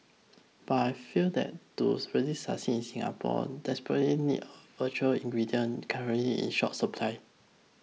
but I fear that twos really succeed Singapore desperately needs ingredient currently in short supply